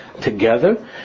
together